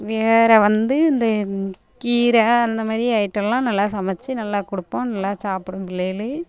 வேறு வந்து இந்த கீரை அந்த மாதிரி ஐட்டமெலாம் நல்லா சமைத்து நல்லா கொடுப்போம் நல்லா சாப்பிடும் பிள்ளைகள்